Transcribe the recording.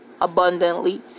abundantly